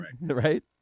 Right